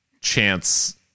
chance